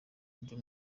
buryo